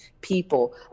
people